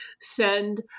send